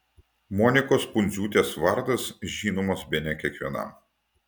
monikos pundziūtės vardas žinomas bene kiekvienam